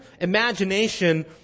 imagination